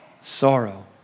Sorrow